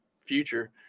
future